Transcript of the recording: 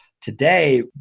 Today